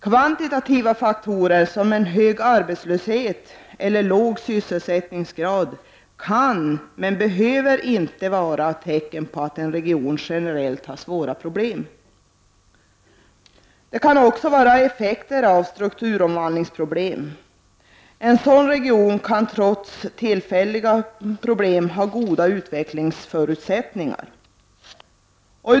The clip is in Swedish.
Kvantitativa faktorer, såsom en hög arbetslöshet eller en låg sysselsättningsgrad, kan men behöver inte vara tecken på att en region generellt har svåra problem. Det kan också vara effekter av strukturomvandlingsproblem. En sådan region kan trots tillfälliga problem ha goda utvecklingsförutsättningar.